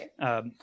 right